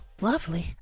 Lovely